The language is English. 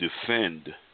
defend